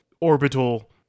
orbital